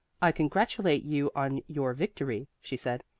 i congratulate you on your victory, she said.